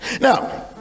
now